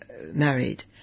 married